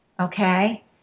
okay